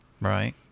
Right